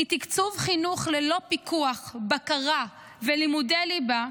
כי תקצוב חינוך ללא פיקוח, בקרה ולימודי ליבה,